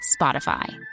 Spotify